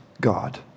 God